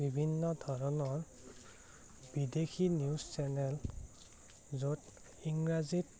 বিভিন্ন ধৰণৰ বিদেশী নিউজ চেনেল য'ত ইংৰাজীত